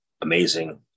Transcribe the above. amazing